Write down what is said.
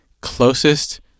closest